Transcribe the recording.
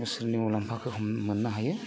बोसोरनिउनाव मुलाम्फा मोननो हायो